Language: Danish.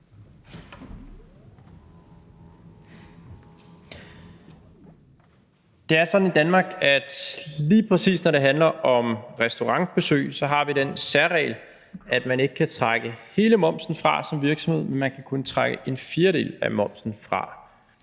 Det er sådan i Danmark, at når det lige præcis handler om restaurantbesøg, har vi den særregel, at man ikke kan trække hele momsen fra som virksomhed, men at man kun kan trække en fjerdedel af momsen fra,